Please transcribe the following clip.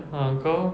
ah kau